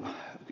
ja